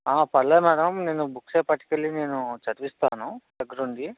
పర్లేదు మ్యాడం నేను బుక్స్ అవి పట్టుకెళ్ళి నేను చదివిస్తాను దగ్గరుండి